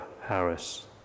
Harris